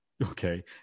Okay